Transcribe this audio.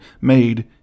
made